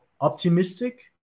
optimistic